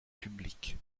publique